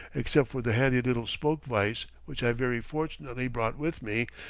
except for the handy little spoke-vice which i very fortunately brought with me,